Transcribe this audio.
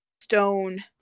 stone